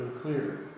clear